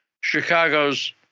Chicago's